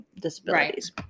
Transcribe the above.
disabilities